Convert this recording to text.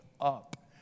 up